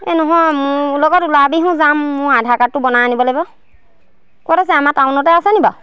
এই নহয় মোৰ লগত ওলাবিচোন যাম মোৰ আধাৰ কাৰ্ডটো বনাই আনিব লাগিব ক'ত আছে আমাৰ টাউনতে আছে নি বাৰু